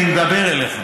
אני מדבר אליך,